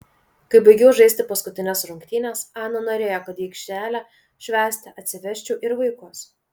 kai baigiau žaisti paskutines rungtynes ana norėjo kad į aikštelę švęsti atsivesčiau ir vaikus